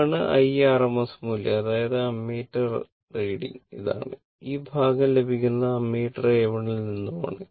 ഇപ്പോൾ IRMS മൂല്യം അതായത് അമ്മീറ്റർ r റീഡിംഗ് ഇതാണ് ഈ ഭാഗം ലഭിക്കുന്നത് അമ്മീറ്റർ A 1 ൽ നിന്നുമാണ്